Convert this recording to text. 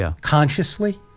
consciously